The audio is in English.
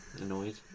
Annoyed